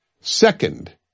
Second